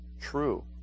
true